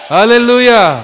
Hallelujah